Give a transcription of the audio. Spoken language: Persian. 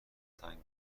سنگ